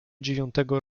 dziewiątego